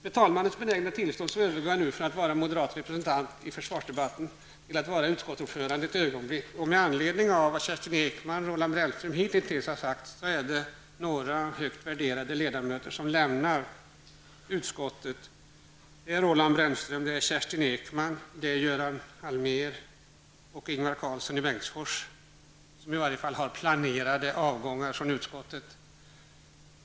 Med talmannens benägna tillstånd övergår jag nu från att vara en moderat representant i försvarsdebatten till att för ett ögonblick vara utskottsordförande. Som Kerstin Ekman och Roland Brännström redan har sagt lämnar några högt värderade ledamöter snart försvarsutskottet. Det är Roland Brännström, Kerstin Ekman, Göran Allmér och Ingvar Karlsson i Bengtsfors som har i varje fall planerat att avgå från utskottet.